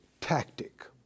tactic